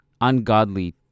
ungodly